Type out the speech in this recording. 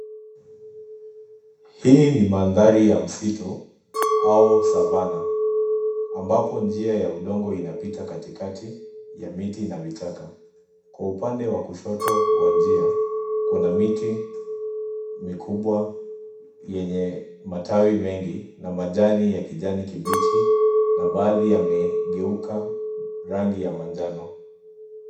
Hii ni mandhari ya msitu au savana ambapo njia ya udongo inapita katikati ya miti na vichaka, kwa upande wa kushoto wa njia kuna miti mikubwa yenye matawi mengi na majani ya kijani kibichi na baadhi yamegeuka rangi ya manjano.